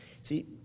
See